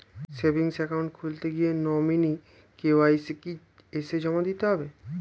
Savings account খুলতে গিয়ে nominee KYC কি এসে জমা দিতে হবে?